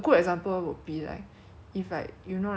concealer then 你拿到一个 free 的